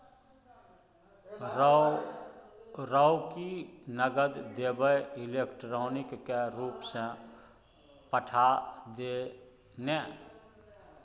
रौ की नगद देबेय इलेक्ट्रॉनिके रूपसँ पठा दे ने